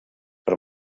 per